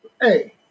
Hey